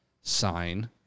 sign